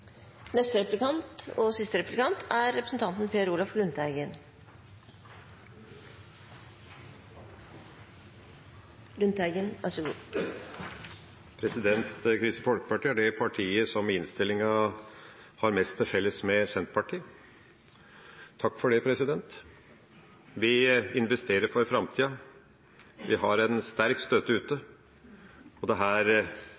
Kristelig Folkeparti er det partiet som i innstillinga har mest til felles med Senterpartiet – takk for det. Vi investerer for framtida, vi har en sterk støtte